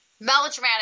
melodramatic